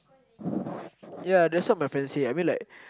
ya that's what my friends say I mean like